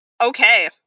okay